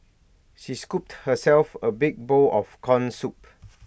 she scooped herself A big bowl of Corn Soup